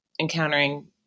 encountering